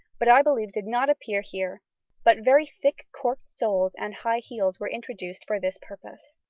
but i believe did not appear here but very thick corked soles and high heels were introduced for this purpose.